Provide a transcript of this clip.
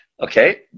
Okay